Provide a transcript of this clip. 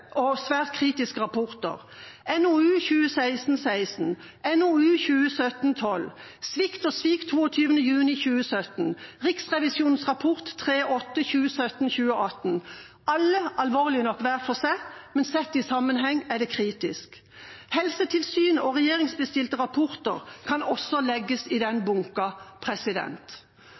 svært kritiske rapporter, som NOU 2016: 16, NOU 2017: 12 Svikt og svik, datert 22. juni 2017, og Riksrevisjonens rapport Dokument 3:8 for 2017–2018. Alle er alvorlige nok hver for seg, men sett i sammenheng er det kritisk. Helsetilsynets rapporter og regjeringsbestilte rapporter kan også legges i den